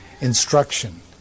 instruction